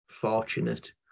fortunate